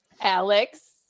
Alex